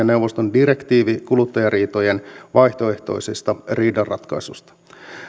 neuvoston direktiivi kuluttajariitojen vaihtoehtoisesta riidanratkaisusta